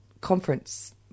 conference